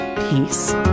peace